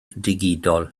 digidol